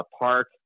park